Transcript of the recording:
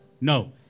no